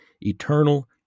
eternal